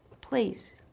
Please